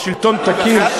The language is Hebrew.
על שלטון תקין,